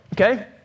Okay